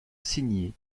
signé